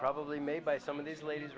probably made by some of these ladies